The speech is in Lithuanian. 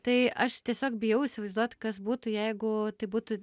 tai aš tiesiog bijau įsivaizduot kas būtų jeigu tai būtų